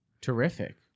Terrific